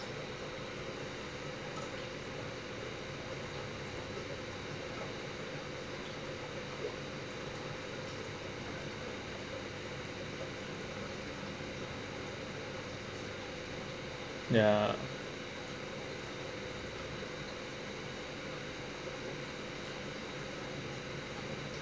ya